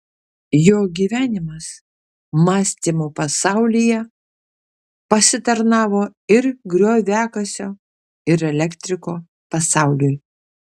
jo gyvenimas mąstymo pasaulyje pasitarnavo ir grioviakasio ir elektriko pasauliui